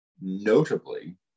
notably